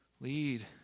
Lead